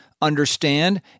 understand